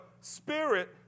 spirit